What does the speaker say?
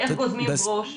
איך גוזמים ברוש,